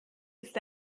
ist